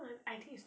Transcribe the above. under the law